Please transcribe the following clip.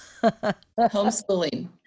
Homeschooling